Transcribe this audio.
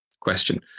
question